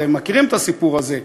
אתם מכירים את הסיפור הזה.